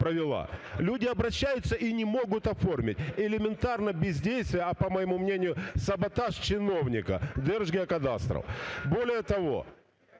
Люди обращаются и не могут оформить. Элементарное бездействие, а по моему мнению – саботаж чиновника Держгеокадастра. Более того,